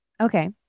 okay